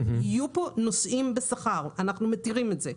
יהיו נוסעים בשכר, ואנחנו מתירים את זה.